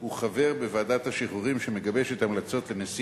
הוא חבר בוועדת השחרורים שמגבשת המלצות לנשיא